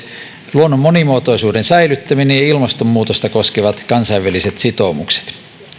luonnon monimuotoisuuden säilyttäminen ja ilmastonmuutosta koskevat kansainväliset sitoumukset